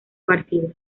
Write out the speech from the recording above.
partido